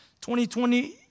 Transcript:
2020